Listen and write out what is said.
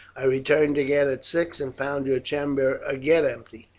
i returned again at six and found your chamber again empty,